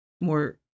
more